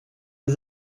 les